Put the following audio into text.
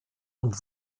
und